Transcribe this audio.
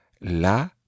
la